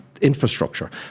infrastructure